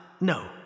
no